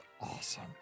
awesome